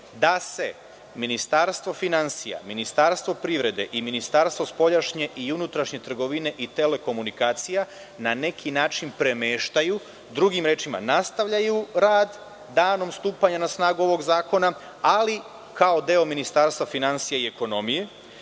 da se Ministarstvo finansija, Ministarstvo privrede i Ministarstvo spoljašnje i unutrašnje trgovine i telekomunikacija na neki način premeštaju. Drugim rečima, nastavljaju rad danom stupanja na snagu ovog zakona, ali kao deo Ministarstva finansija i ekonomije. Mi